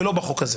ולא בחוק הזה.